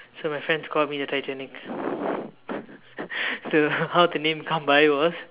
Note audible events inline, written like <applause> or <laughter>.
so my friends call me the Titanic <laughs> so how the name come by was